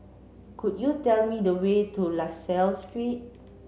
could you tell me the way to La Salle Street